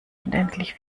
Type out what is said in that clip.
unendlich